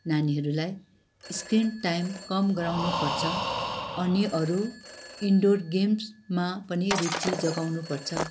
नानीहरूलाई screen time कम गराउनुपर्छ अनि अरू इन्डोर गेम्समा पनि रुचि जगाउनुपर्छ